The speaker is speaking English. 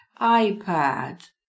iPad